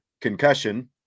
concussion